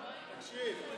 תקשיב,